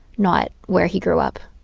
not where he grew up.